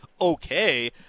okay